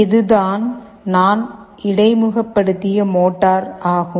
இதுதான் நான் இடைமுகப்படுத்திய மோட்டார் ஆகும்